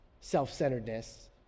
self-centeredness